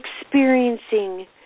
experiencing